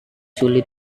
sulit